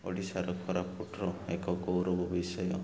ଓଡ଼ିଶାର କୋରାପୁଟର ଏକ ଗୌରବ ବିଷୟ